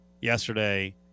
yesterday